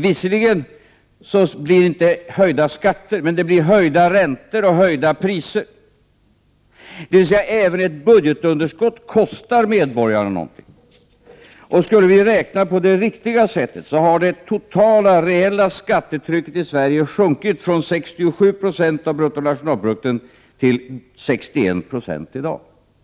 Visserligen blir det inte höjda skatter, men det blir höjda räntor och höjda priser — dvs. ett budgetunderskott kostar medborgarna någonting. Och skulle vi räkna på det riktiga sättet, så har det totala reella skattetrycket sjunkit från 67 96 av bruttonationalinkomsten till 61 90 i dag.